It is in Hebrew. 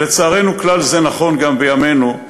ולצערנו כלל זה נכון גם בימינו,